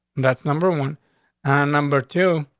that's number one and number two.